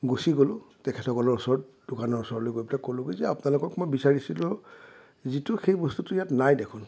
গুচি গ'লোঁ তেখেতসকলৰ ওচৰত দোকানৰ ওচৰলৈ গৈ পেলাই ক'লোগৈ যে আপোনালোকক মই বিচাৰিছিলোঁ যিটো সেইটো বস্তুটো ইয়াত নাই দেখোন